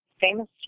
famous